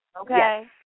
Okay